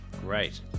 Great